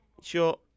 Sure